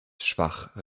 schwach